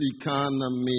economy